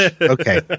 Okay